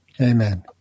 Amen